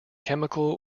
chemical